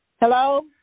Hello